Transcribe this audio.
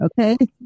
Okay